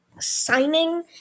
signing